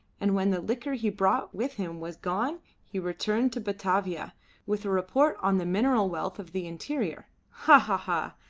and when the liquor he brought with him was gone he returned to batavia with a report on the mineral wealth of the interior. ha, ha, ha!